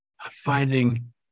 finding